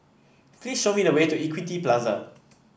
please show me the way to Equity Plaza